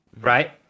Right